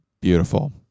Beautiful